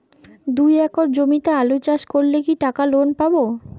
দুই একর জমিতে আলু চাষ করলে কি টাকা লোন পাবো?